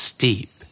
Steep